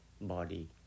body